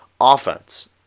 offense